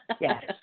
Yes